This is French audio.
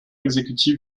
exécutif